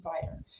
provider